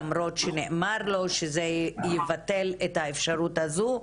למרות שנאמר לו שזה יבטל את האפשרות הזו,